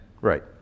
Right